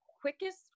quickest